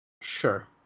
Sure